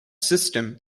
system